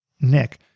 Nick